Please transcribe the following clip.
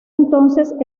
entonces